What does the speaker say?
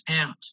out